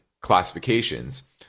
classifications